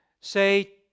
say